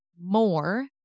More